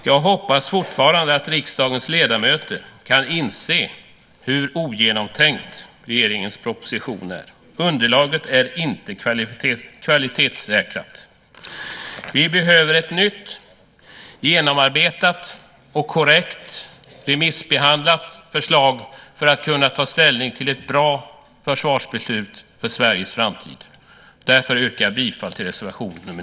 Jag hoppas fortfarande att riksdagens ledamöter kan inse hur ogenomtänkt regeringens proposition är. Underlaget är inte kvalitetssäkrat. Vi behöver ett nytt genomarbetat, korrekt remissbehandlat förslag för att kunna ta ställning till ett bra försvarsbeslut för Sveriges framtid. Därför yrkar jag bifall till reservation nr 9.